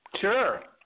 Sure